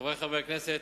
חברי חברי הכנסת,